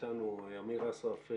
איתנו אמיר אסרף,